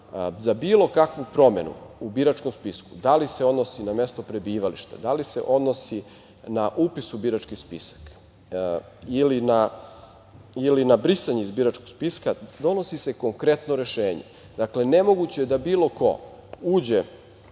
za bilo kakvu promenu u biračkom spisku, da li se odnosi na mesto prebivališta, da li se odnosi na upis u birački spisak ili na brisanje iz biračkog spiska, donosi se konkretno rešenje. Dakle, nemoguće je da bilo ko uđe